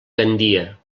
gandia